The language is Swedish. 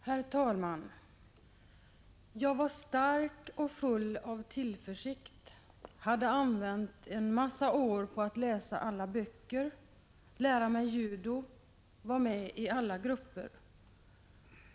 Herr talman! ”Jag var stark och full av tillförsikt, hade använt en massa år på att läsa alla böcker, lära mig judo, vara med i alla grupper.